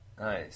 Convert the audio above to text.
Nice